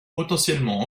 potentiellement